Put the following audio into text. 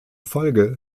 folge